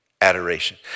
Adoration